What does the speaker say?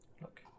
Look